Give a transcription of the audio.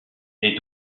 est